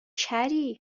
کری